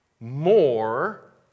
More